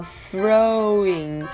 throwing